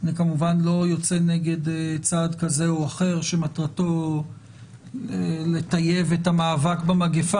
אני כמובן לא יוצא נגד צעד כזה או אחר שמטרתו לטייב את המאבק במגפה.